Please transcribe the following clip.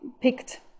picked